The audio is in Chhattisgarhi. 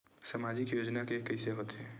सामाजिक योजना के कइसे होथे?